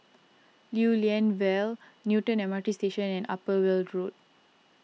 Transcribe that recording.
Lew Lian Vale Newton M R T Station and Upper Weld Road